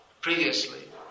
previously